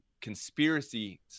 Conspiracy